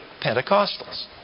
Pentecostals